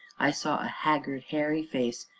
i saw a haggard, hairy face,